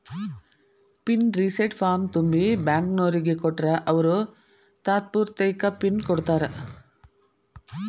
pin reset ಫಾರ್ಮ್ನ ತುಂಬಿ ಬ್ಯಾಂಕ್ನೋರಿಗ್ ಕೊಟ್ರ ಅವ್ರು ತಾತ್ಪೂರ್ತೆಕ ಪಿನ್ ಕೊಡ್ತಾರಾ